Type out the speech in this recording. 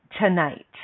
tonight